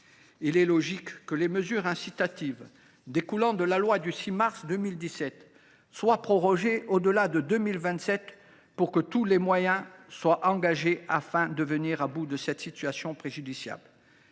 Il est logique que les mesures incitatives découlant de la loi du 6 mars 2017 soient prorogées au delà de 2027 pour que tous les moyens soient engagés afin de mettre un terme à cette situation préjudiciable.